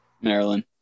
Maryland